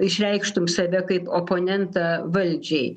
išreikštum save kaip oponentą valdžiai